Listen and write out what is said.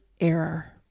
error